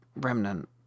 remnant